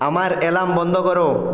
আমার অ্যালার্ম বন্ধ কর